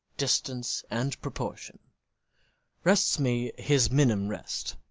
distance, and proportion rests me his minim rest,